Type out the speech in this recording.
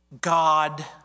God